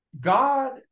God